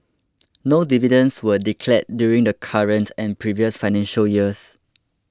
no dividends were declared during the current and previous financial years